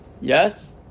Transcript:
yes